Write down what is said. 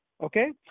Okay